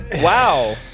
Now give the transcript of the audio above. Wow